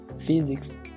physics